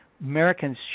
Americans